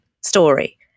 story